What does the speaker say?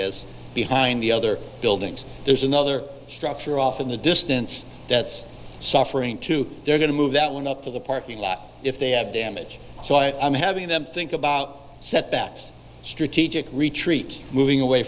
is behind the other buildings there's another structure off in the distance that's suffering too they're going to move that one up to the parking lot if they have damage so i am having them think about setbacks strategic retreat moving away